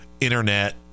internet